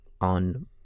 on